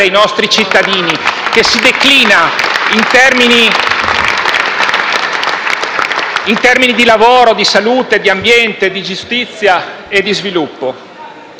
dai Gruppi M5S e L-SP)*, che si declina in termini di lavoro, di salute, di ambiente, di giustizia e di sviluppo.